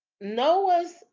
Noah's